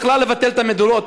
בכלל לבטל את המדורות,